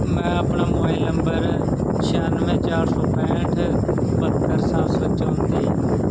ਮੈਂ ਆਪਣਾ mobile number ਛਿਆਨਵੇਂ ਚਾਰ ਸੌ ਪੈਂਹਠ ਪੰਦਰਾਂ ਸੱਤ ਸੌ ਚੌਂਤੀ